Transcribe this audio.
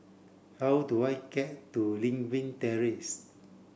how do I get to Lewin Terrace